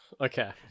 Okay